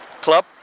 club